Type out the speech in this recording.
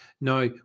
Now